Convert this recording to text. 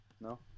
No